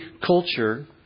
culture